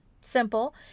simple